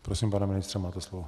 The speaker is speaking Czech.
Prosím, pane ministře, máte slovo.